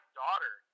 daughter